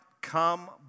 come